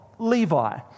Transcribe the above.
Levi